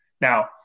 Now